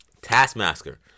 Taskmaster